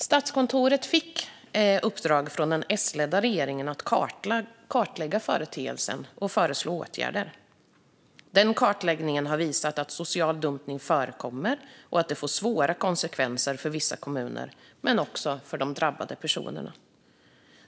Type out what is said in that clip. Statskontoret fick i uppdrag av den S-ledda regeringen att kartlägga företeelsen och föreslå åtgärder. Denna kartläggning har visat att social dumpning förekommer och att det får svåra konsekvenser för vissa kommuner och för de drabbade personerna.